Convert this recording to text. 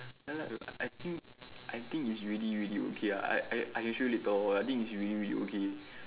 ya lah I think I think is really really okay ah I I I can show you later oh I think is really really okay